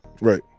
Right